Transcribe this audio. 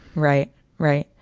right right.